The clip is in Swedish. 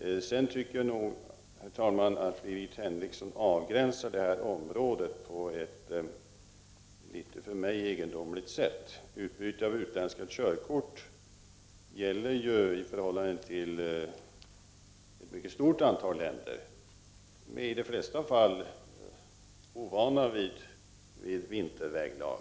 Herr talman! Jag tycker att Birgit Henriksson avgränsar detta område på ett för mig litet egendomligt sätt. Reglerna för utbyte av utländska körkort gäller ett mycket stort antal länder. Människorna från dessa länder är i de flesta fall ovana vid vinterväglag.